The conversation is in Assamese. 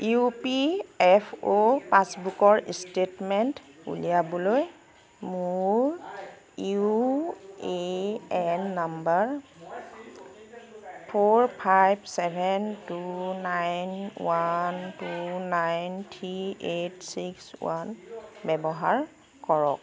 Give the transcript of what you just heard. ইউ পি এফ অ' পাছবুকৰ ষ্টেটমেণ্ট উলিয়াবলৈ মোৰ U A N number four five seven two nine one two nine three eight six one ব্যৱহাৰ কৰক